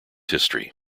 history